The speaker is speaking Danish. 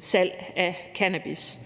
forbindelse